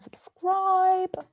subscribe